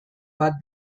bat